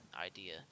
idea